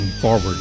forward